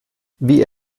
wie